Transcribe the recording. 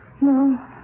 No